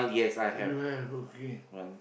you have okay